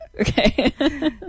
Okay